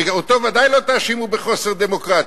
שאותו ודאי לא תאשימו בחוסר דמוקרטיות,